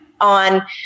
on